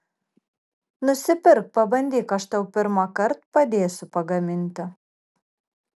nusipirk pabandyk aš tau pirmąkart padėsiu pagaminti